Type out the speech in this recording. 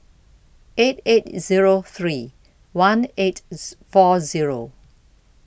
eight eight Zero three one eight four Zero